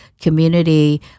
community